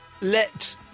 let